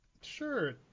Sure